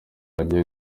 hagiye